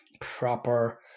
proper